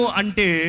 ante